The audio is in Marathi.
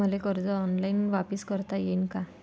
मले कर्ज ऑनलाईन वापिस करता येईन का?